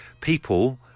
people